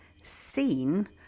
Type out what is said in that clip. seen